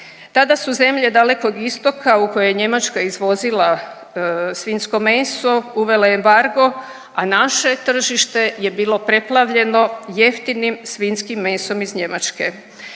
Tada su zemlje dalekog istoka u koje je Njemačka izvozila svinjsko meso, uvela embargo, a naše tržište je bilo preplavljeno jeftinim svinjskim mesom iz Njemačke.